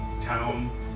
town